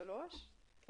אני